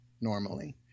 normally